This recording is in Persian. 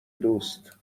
دوست